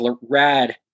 Rad